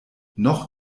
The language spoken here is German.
noch